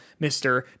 Mr